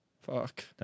Fuck